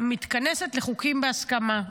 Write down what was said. מתכנסת לחוקים בהסכמה.